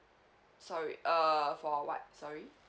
sorry err for what sorry